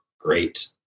great